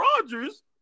Rodgers